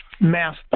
mass